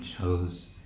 chose